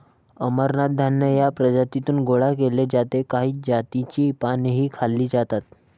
अमरनाथ धान्य या प्रजातीतून गोळा केले जाते काही जातींची पानेही खाल्ली जातात